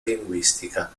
linguistica